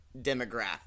demographic